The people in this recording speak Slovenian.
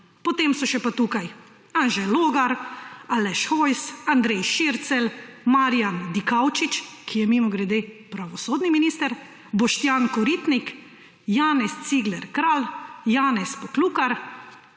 potem so še pa tukaj Anže Logar, Aleš Hojs, Andrej Šircelj, Marijan Dikaučič, ki je mimogrede pravosodni minister, Boštjan Koritnik, Janez Cigler Kralj, Janez Poklukar,